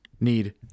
need